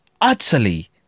utterly